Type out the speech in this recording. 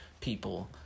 people